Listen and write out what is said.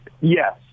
Yes